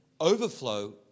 Overflow